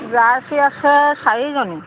Jersey আছে চাৰিজনী